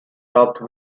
topped